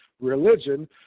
religion